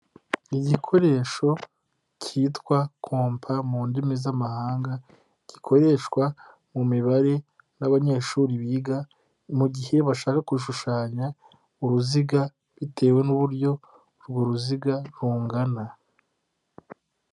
Igikoresho cyitwa kompa mu ndimi z'amahanga gikoreshwa mu mibare n'abanyeshuri biga mu gihe bashaka gushushanya uruziga bitewe n'uburyo urwo ruziga rungana.